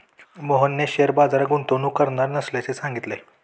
मोहनने शेअर बाजारात गुंतवणूक करणार नसल्याचे सांगितले